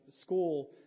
school